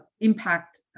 impact